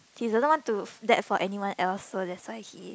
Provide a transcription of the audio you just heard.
he doesn't want to that for anyone else so that's why he